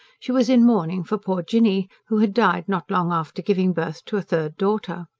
she was in mourning for poor jinny, who had died not long after giving birth to a third daughter.